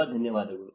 ತುಂಬ ಧನ್ಯವಾದಗಳು